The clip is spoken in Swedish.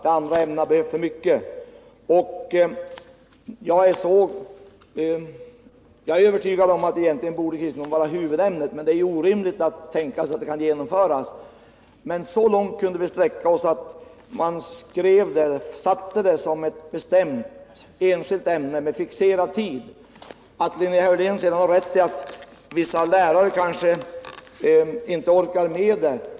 Jag är övertygad om att kristendomen egentligen borde vara huvudämnet, men det är omöjligt att tänka sig att det skulle kunna genomföras. Men så långt kunde vi sträcka oss att vi gjorde det till ett bestämt enskilt ämne med bestämd, fixerad tid. Linnea Hörlén har rätt i att vissa lärare kanske inte orkar med ämnet.